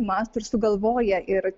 mąsto ir sugalvoja ir